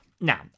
Now